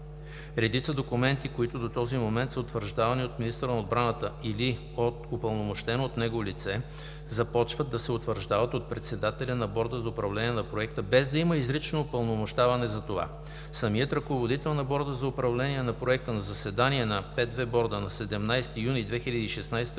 Редица документи, които до този момент са утвърждавани от министъра на отбраната или от упълномощено от него лице, започват да се утвърждават от председателя на Борда за управление на проекта без да има изрично упълномощаване за това. Самият ръководител на Борда за управление на проекта на заседание на П2Борда на 17 юни 2016 г.